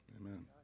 Amen